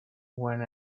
win